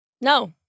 No